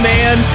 Man